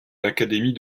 l’académie